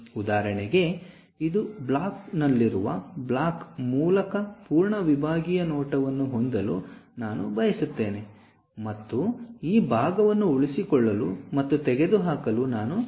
ಉದಾಹರಣೆಗೆ ಇದು ಬ್ಲಾಕ್ ನನ್ನಲ್ಲಿರುವ ಬ್ಲಾಕ್ ಮೂಲಕ ಪೂರ್ಣ ವಿಭಾಗೀಯ ನೋಟವನ್ನು ಹೊಂದಲು ನಾನು ಬಯಸುತ್ತೇನೆ ಮತ್ತು ಈ ಭಾಗವನ್ನು ಉಳಿಸಿಕೊಳ್ಳಲು ಮತ್ತು ತೆಗೆದುಹಾಕಲು ನಾನು ಬಯಸುತ್ತೇನೆ